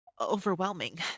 Overwhelming